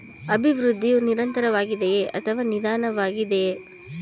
ಅಭಿವೃದ್ಧಿಯು ನಿರಂತರವಾಗಿದೆಯೇ ಅಥವಾ ನಿಧಾನವಾಗಿದೆಯೇ?